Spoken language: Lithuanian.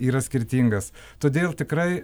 yra skirtingas todėl tikrai